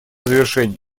завершение